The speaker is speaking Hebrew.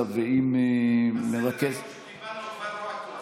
ועם מרכז סדר-היום שקיבלנו כבר לא אקטואלי.